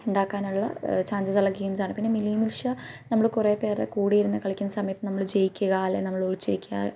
ഉണ്ടാക്കാനുള്ള ചാൻസസ് ഉള്ള ഗെയിംസ് ആണ് പിന്നെ മിനി മിൽഷ്യ നമ്മൾ കുറേ പേരുടെ കൂടിയിരുന്ന് കളിക്കുന്ന സമയത്ത് നമ്മൾ ജയിക്കുക അല്ലെങ്കിൽ നമ്മൾ ഒളിച്ച് നിൽക്കുക